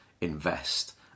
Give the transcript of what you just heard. invest